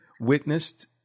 witnessed